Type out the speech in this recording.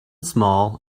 small